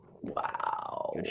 Wow